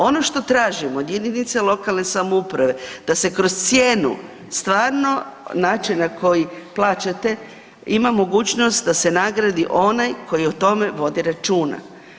Ono što tražimo od jedinica lokalne samouprave da se kroz cijenu stvarno načina na koji plaćate, ima mogućnost da se nagradi onaj koji o tome vodi računa.